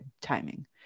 timing